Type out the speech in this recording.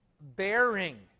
Bearing